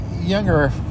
younger